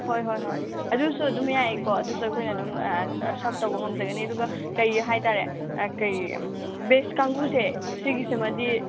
ꯍꯣꯏ ꯍꯣꯏ ꯍꯣꯏ ꯑꯗꯨꯁꯨ ꯑꯗꯨꯝ ꯌꯥꯏꯀꯣ ꯑꯗꯨꯁꯨ ꯑꯩꯈꯣꯏꯅ ꯑꯗꯨꯝ ꯁꯔꯞ ꯇꯧꯕ ꯉꯝꯖꯒꯅꯤ ꯑꯗꯨꯒ ꯀꯩ ꯍꯥꯏꯇꯥꯔꯦ ꯀꯩ ꯚꯦꯖ ꯀꯥꯡꯕꯨꯁꯦ ꯁꯤꯒꯤꯁꯤꯃꯗꯤ